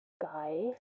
guy